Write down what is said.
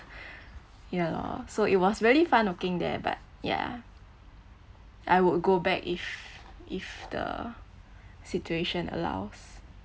ya lor so it was really fun working there but ya I would go back if if the situation allows